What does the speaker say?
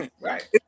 Right